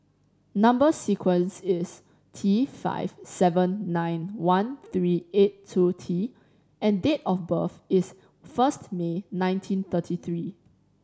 number sequence is T five seven nine one three eight two T and date of birth is first May nineteen thirty three